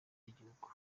w’igihugu